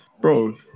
Bro